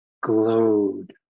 glowed